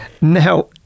Now